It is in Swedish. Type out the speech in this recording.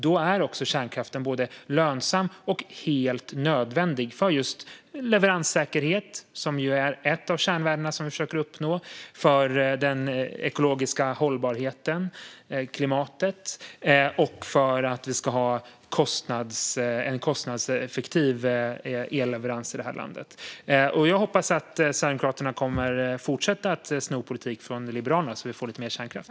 Då är kärnkraften både lönsam och helt nödvändig för leveranssäkerheten, som är ett av kärnvärdena vi försöker uppnå, för den ekologiska hållbarheten och klimatet samt för en kostnadseffektiv elleverans i vårt land. Jag hoppas att Sverigedemokraterna kommer att fortsätta att sno politik från Liberalerna så att vi får lite mer kärnkraft.